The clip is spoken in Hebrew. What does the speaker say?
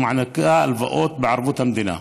שמעניקה הלוואות בערבות המדינה.